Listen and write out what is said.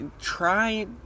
try